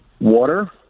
Water